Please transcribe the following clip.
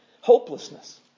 Hopelessness